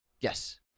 Yes